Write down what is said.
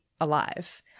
alive